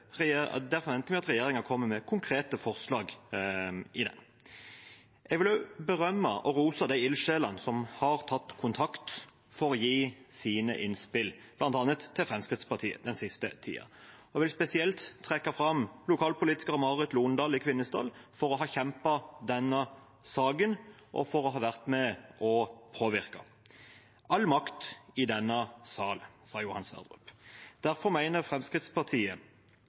kommer med konkrete forslag. Jeg vil berømme og rose de ildsjelene som har tatt kontakt for å gi sine innspill, bl.a. til Fremskrittspartiet, den siste tiden, og jeg vil spesielt trekke fram lokalpolitikeren Marit Londal i Kvinesdal for å ha kjempet denne saken og for å ha vært med å påvirke. All makt i denne sal, sa Johan Sverdrup. Derfor mener Fremskrittspartiet